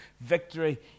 Victory